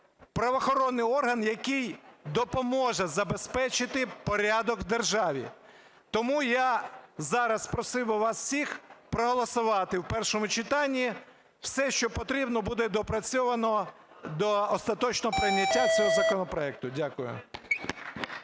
правоохоронний орган, який допоможе забезпечити порядок у державі. Тому я зараз просив би вас всіх проголосувати в першому читанні. Все, що потрібно, буде доопрацьоване до остаточного прийняття цього законопроекту. Дякую.